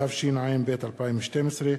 התשע"ב 2012,